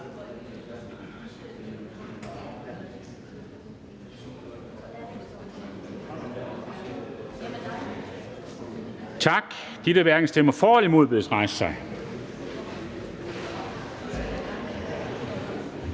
Tak. De, der stemmer hverken for eller imod, bedes rejse sig.